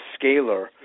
scalar